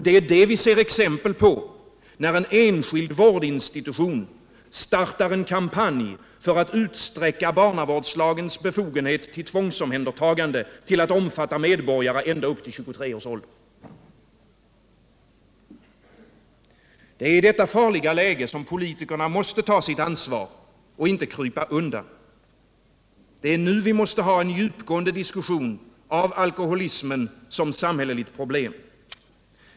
Det är det vi ser exempel på, när en enskild vårdinstitution startar en kampanj för att utsträcka barnavårdslagens befogenhet till tvångsomhändertagande till att omfatta medborgare ända upp till 23 års ålder. Det är i detta farliga läge politikerna måste ta sitt ansvar och inte krypa undan. Det är nu vi måste ha en djupgående diskussion om alkoholismen som samhälleligt problem.